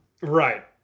Right